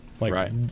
Right